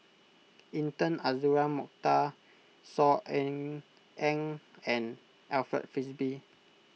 Intan Azura Mokhtar Saw Ean Ang and Alfred Frisby